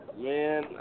man